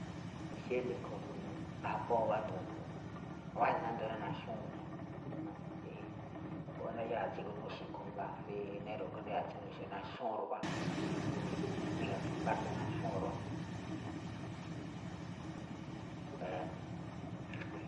Disiémbre̱ a̱ꞌkhue̱n nabóo wáa du̱u̱n, i̱wa̱á ído̱ rí naxnúu ne̱, go̱nꞌ rí ndayáa̱ tsigu nuxe̱ꞌ, mangaa rí enéro̱ rí ndayáa̱ tsigu nuxe̱ꞌ, naxnúu ruꞌwa, ríga̱ párte̱ naxnúu ruꞌwa.